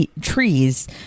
trees